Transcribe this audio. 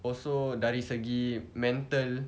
also dari segi mental